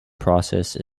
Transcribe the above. process